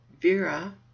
Vera